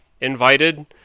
invited